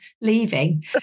leaving